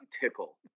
tickle